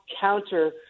counter